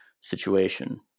situation